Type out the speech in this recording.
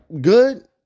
good